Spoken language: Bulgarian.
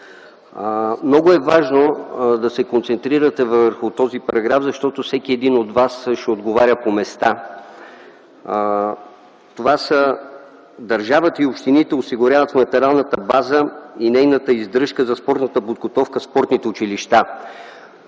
Много е важно да се концентрирате върху този параграф, защото всеки от вас ще отговаря по места. Това е: „Държавата и общините осигуряват материалната база и нейната издръжка за спортна подготовка в спортните училища.”